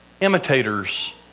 imitators